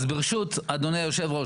אז ברשות אדוני היו"ר,